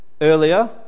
earlier